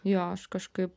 jo aš kažkaip